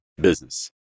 business